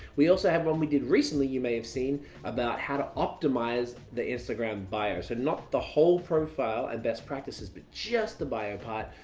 we also have one we did recently you may have seen about how to optimize the instagram buyer. so not the whole profile and best practices, but just the buyer part.